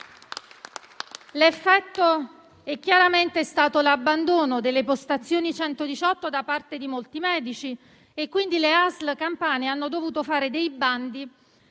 L'effetto chiaramente è stato l'abbandono delle postazioni 118 da parte di molti medici. Pertanto, le ASL campane hanno dovuto fare bandi